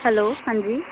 hello ਹਾਂਜੀ